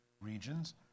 regions